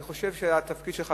אני חושב שהתפקיד שלך,